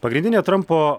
pagrindinė trampo